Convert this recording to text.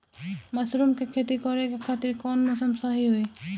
Mushroom के खेती करेके खातिर कवन मौसम सही होई?